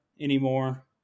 anymore